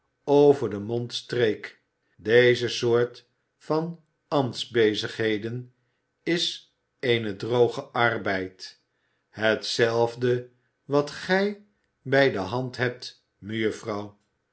over den mond streek deze soort van ambtsbezigheden is eene droge arbeid hetzelfde wat gij bij de hand hebt